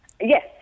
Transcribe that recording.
Yes